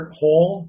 hole